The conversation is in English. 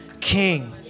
King